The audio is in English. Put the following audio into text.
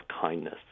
kindness